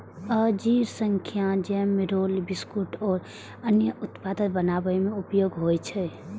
अंजीर सं jam, roll, biscuit आ अन्य उत्पाद बनाबै मे उपयोग होइ छै